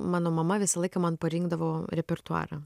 ma mano mama visą laiką man parinkdavo repertuarą